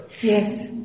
Yes